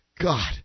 God